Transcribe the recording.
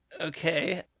Okay